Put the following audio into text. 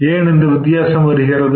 ஏன் இந்த வித்தியாசம் வருகிறது